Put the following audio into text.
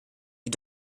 die